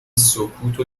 سکوتو